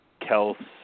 Kels